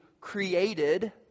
created